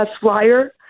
flyer